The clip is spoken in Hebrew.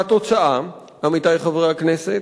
והתוצאה, עמיתי חברי הכנסת,